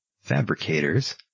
fabricators